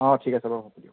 অঁ ঠিক আছে বাৰু হ'ব দিয়ক